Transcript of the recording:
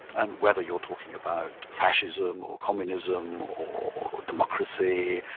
and whether you're talking about fascism or communism or democracy,